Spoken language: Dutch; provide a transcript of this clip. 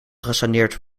gesaneerd